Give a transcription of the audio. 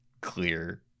clear